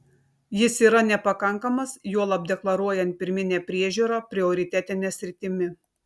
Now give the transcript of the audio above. jis yra nepakankamas juolab deklaruojant pirminę priežiūrą prioritetine sritimi